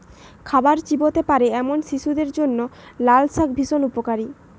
খাবার চিবোতে পারে এমন শিশুদের জন্য লালশাক ভীষণ উপকারী